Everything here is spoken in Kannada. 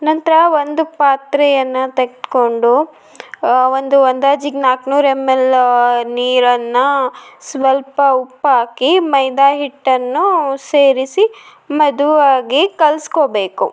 ನಂತರ ಒಂದು ಪಾತ್ರೆಯನ್ನು ತೆಗ್ದುಕೊಂಡು ಒಂದು ಅಂದಾಜಿಗೆ ನಾಲ್ಕುನೂರು ಎಮ್ಎಲ್ ನೀರನ್ನ ಸ್ವಲ್ಪ ಉಪ್ಪಾಕಿ ಮೈದಾಹಿಟ್ಟನ್ನು ಸೇರಿಸಿ ಮೆದುವಾಗಿ ಕಲಿಸ್ಕೊಬೇಕು